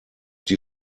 die